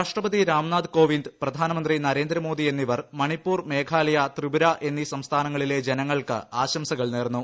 രാഷ്ട്രപതി രാംനാഥ് കോവിന്ദ് പ്രധാനമന്ത്രി നരേന്ദ്രമോദി എന്നിവർ മണിപ്പൂർ മേഘാലയ ത്രിപുര എന്നീ സംസ്ഥാനങ്ങളിലെ ജനങ്ങൾക്ക് ആശംസകൾ നേർന്നു